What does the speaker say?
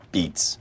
Beats